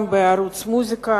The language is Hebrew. גם בערוץ המוזיקה,